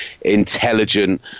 intelligent